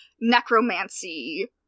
necromancy